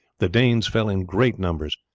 the danes fell in great numbers.